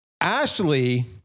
Ashley